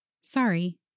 Sorry